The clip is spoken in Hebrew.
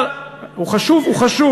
הוא חשוב.